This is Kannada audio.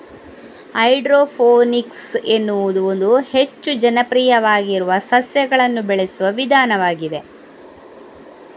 ಹೈಡ್ರೋಫೋನಿಕ್ಸ್ ಎನ್ನುವುದು ಹೆಚ್ಚು ಜನಪ್ರಿಯವಾಗಿರುವ ಸಸ್ಯಗಳನ್ನು ಬೆಳೆಸುವ ವಿಧಾನವಾಗಿದೆ